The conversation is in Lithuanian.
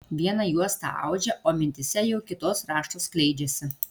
vieną juostą audžia o mintyse jau kitos raštas skleidžiasi